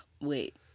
wait